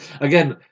Again